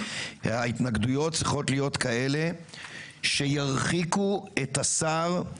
ההתנגדויות צריכות להיות כאלה שירחיקו את השר,